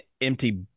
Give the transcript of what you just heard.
empty